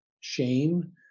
shame